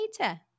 later